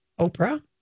Oprah